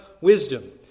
wisdom